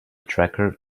tracker